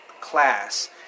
class